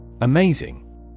Amazing